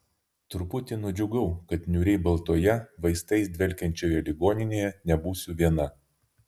truputį nudžiugau kad niūriai baltoje vaistais dvelkiančioje ligoninėje nebūsiu viena